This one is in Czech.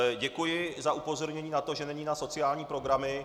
ČSSD, děkuji na upozornění na to, že není na sociální programy.